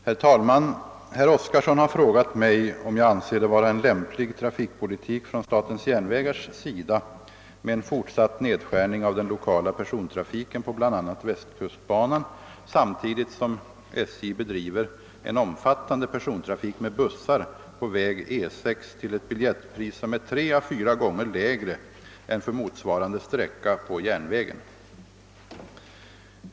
Herr talman! Herr Oskarson har frågat mig om jag anser det vara en lämplig trafikpolitik från SJ:s sida med en fortsatt nedskärning av den lokala persontrafiken på bl.a. västkustbanan, samtidigt som SJ bedriver en omfattande persontrafik med bussar på väg E 6 till ett biljettpris som är tre å fyra gånger lägre än för motsvarande sträcka på järnvägen.